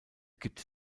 gibt